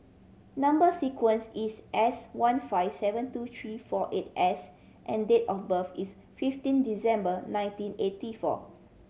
number sequence is S one five seven two three four eight S and date of birth is fifteen Disember nineteen eighty four